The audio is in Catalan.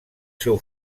seu